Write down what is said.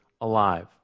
alive